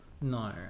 No